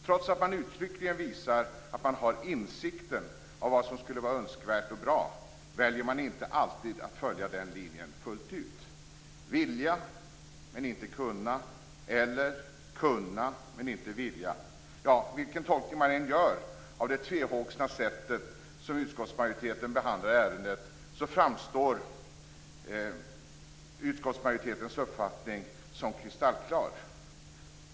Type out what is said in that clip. Trots att man uttryckligen visar att man har insikten om vad som skulle vara önskvärt och bra, väljer man inte alltid att följa den linjen fullt ut. Vilja, men inte kunna eller kunna, men inte vilja. Vilken tolkning man än gör av det tvehågsna sätt som utskottsmajoriteten behandlar ärendet på framstår utskottsmajoritetens uppfattning som kristallklar.